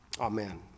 Amen